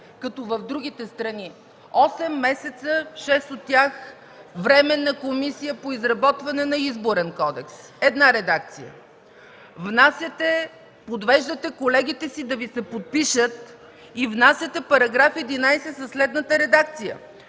като в другите страни? Осем месеца, в шест от тях – Временна комисия по изработване на Изборен кодекс, една редакция. Подвеждате колегите си да Ви се подпишат и внасяте § 11 със следната редакция: